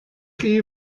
chi